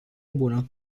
bună